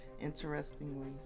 interestingly